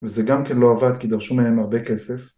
וזה גם כן לא עבד כי דרשו מהם הרבה כסף.